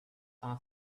are